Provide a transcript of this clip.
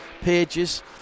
pages